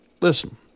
Listen